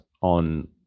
on